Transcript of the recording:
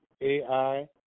A-I